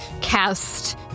cast